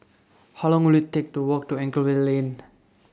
How Long Will IT Take to Walk to Anchorvale LINK